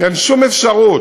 אין שום אפשרות.